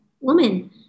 woman